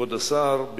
כבוד השר,